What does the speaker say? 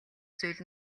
зүйл